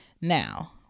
Now